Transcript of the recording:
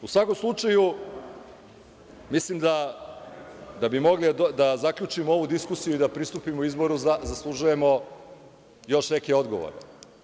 U svakom slučaju, mislim, da bi mogli da zaključimo ovu diskusiju i da pristupimo izboru, zaslužujemo još neke odgovore.